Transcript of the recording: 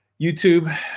YouTube